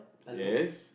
yes